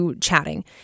chatting